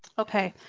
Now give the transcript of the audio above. okay,